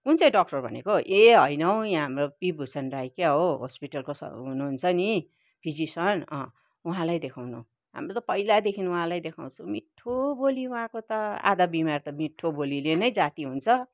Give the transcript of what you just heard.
कुन चाहिँ डक्टर भनेको ए होइन हौ यहाँ हाम्रो पी भुसन राई क्या हो हस्पिटलको हुनुहुन्छ नि फिजिसन उहाँलाई देखाउनु हाम्रो त पहिलादेखि उहाँलाई देखाउँछु नि मिठो बोली उहाँको त आधा बिमार मिठो बोलीले नै जाति हुन्छ